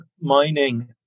mining